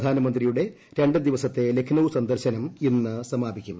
പ്രധാനമന്ത്രിയുടെ രണ്ട് ദിവസത്തെ ലഖ്നൌവ് സന്ദർശനം ഇന്ന് സമാപിക്കും